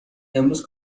امروز